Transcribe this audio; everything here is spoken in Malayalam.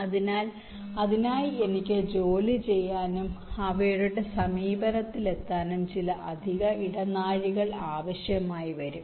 അതിനാൽ അതിനായി എനിക്ക് ജോലി ചെയ്യാനും അവരുടെ സമീപനത്തിലെത്താനും ചില അധിക ഇടനാഴികൾ ആവശ്യമായി വരും